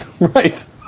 Right